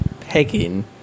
Pegging